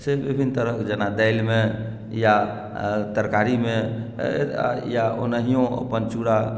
से विभिन्न तरहक जेना दालिमे या तरकारीमे या ओनाहियो अपन चूड़ा